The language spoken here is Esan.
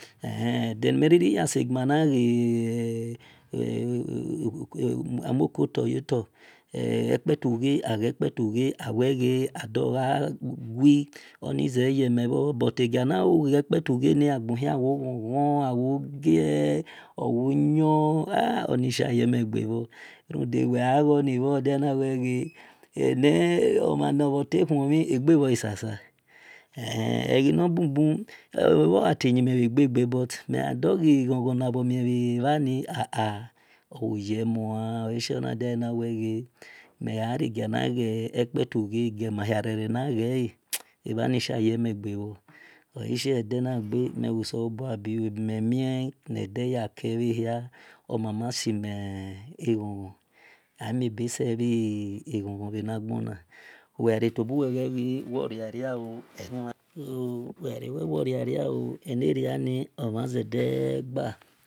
ehin edanimere ga maniga amokotayota epatuve awega adogaghii onivaweyemio but aqaniqo qapayuve na aqiaiyo qhon qhon owo qaéé owonin a oniqash ywmiqave ruda weavawanive odiniwea ovenove tawhoni eqevqasesa ehiavinbubu oaroiatayemilaqaqa but miado- hie eqhon qhon naveni a a oyemuh oashe ondivanawega migariginiga. patuve agimahirere niga a hensha yemiqao oaze odanaga miwoseleboa biu abimimi nidayeke gohia omama sime eqhon qhon amibasega eqhon qhon vwnigana weqatobuwe weqaworiao wonariao aniriniovezeaqa.